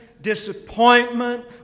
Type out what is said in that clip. disappointment